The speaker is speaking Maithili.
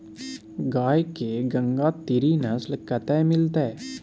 गाय के गंगातीरी नस्ल कतय मिलतै?